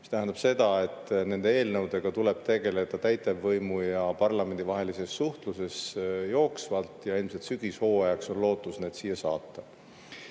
See tähendab seda, et nende eelnõudega tuleb tegeleda täitevvõimu ja parlamendi vahelises suhtluses jooksvalt ja ilmselt sügishooajaks on lootus need siia saata.